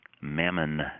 mammon